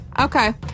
okay